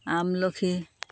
আমলখি